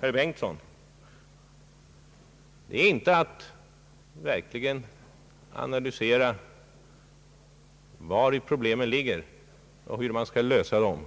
herr Bengtsons yttrande — att verkligen analysera vari problemen ligger och hur man skall lösa dem.